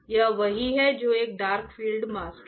यह वही है जो एक डार्क फील्ड मास्क है